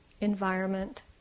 environment